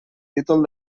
títol